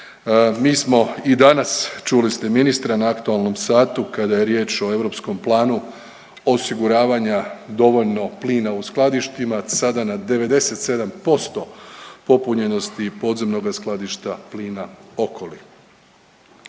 Mi smo i danas čuli ste ministra na aktualnom satu kada je riječ o europskom planu osiguravanja dovoljno plina u skladištima sada na 97% popunjenosti podzemnoga skladišta plina … Mi